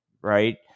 Right